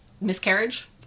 miscarriage